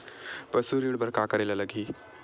पशु ऋण बर का करे ला लगही?